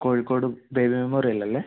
Kozhikode Baby Memorial അല്ലേ